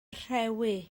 rhewi